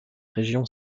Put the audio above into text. région